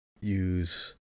Use